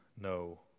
no